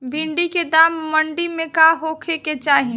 भिन्डी के दाम मंडी मे का होखे के चाही?